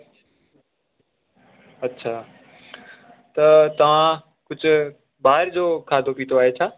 अच्छा त तव्हां कुझु ॿाहिरि जो खाधो पीतो आहे छा